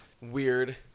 Weird